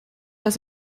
has